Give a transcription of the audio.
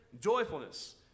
joyfulness